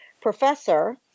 professor